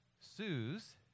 Sue's